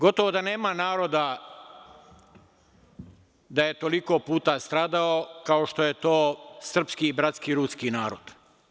Gotovo da nema naroda da je toliko puta stradao kao što je to srpski i bratski ruski narod.